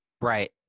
Right